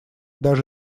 даже